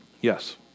Yes